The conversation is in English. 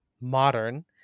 modern